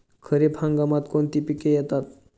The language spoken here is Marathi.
खरीप हंगामात कोणती पिके येतात?